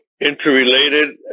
interrelated